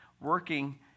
working